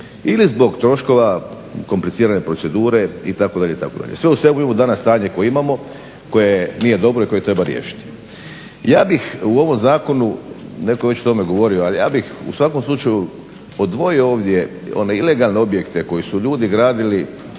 ili zbog troškova komplicirane procedure itd. itd. I sve u svemu imamo danas stanje koje imamo, koje nije dobro i koje treba riješiti. Ja bih u ovom zakonu, netko je već o tome govorio ali ja bih u svakom slučaju odvojio ovdje one ilegalne objekte koje su ljudi gradili